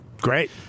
Great